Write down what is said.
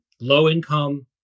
low-income